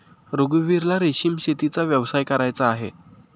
रघुवीरला रेशीम शेतीचा व्यवसाय करायचा आहे